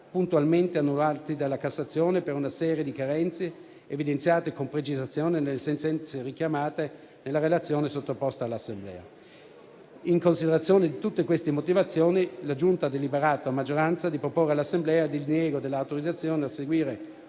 puntualmente annullati dalla Cassazione per una serie di carenze evidenziate con precisazione nelle sentenze richiamate nella relazione sottoposta all'Assemblea. In considerazione di tutte queste motivazioni, la Giunta ha deliberato a maggioranza di proporre all'Assemblea il diniego dell'autorizzazione, a seguire